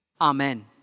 Amen